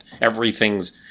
everything's